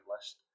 list